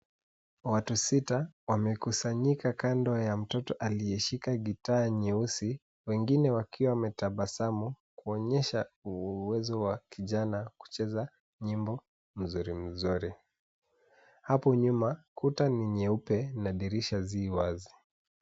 Watu sita wamekusanyika kando ya mtoto aliyeshika gitaa nyeusi wengine wakiwa wametabasamu kuonyesha uwezo wa kijana kucheza nyimbo mzuri mzuri. Hapo nyuma, kuta ni nyeupe na dirisha zi wazi.